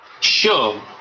Sure